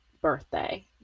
birthday